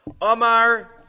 Omar